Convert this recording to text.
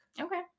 Okay